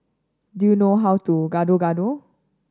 do you know how to Gado Gado